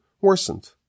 worsened